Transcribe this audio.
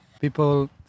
People